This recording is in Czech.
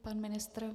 Pan ministr.